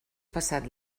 passat